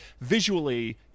visually